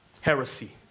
heresy